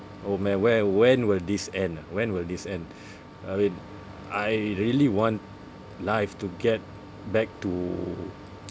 oh man where when will this end ah when will this end I mean I really want life to get back to